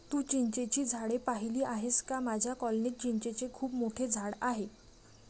तू चिंचेची झाडे पाहिली आहेस का माझ्या कॉलनीत चिंचेचे खूप मोठे झाड आहे